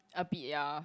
a bit ya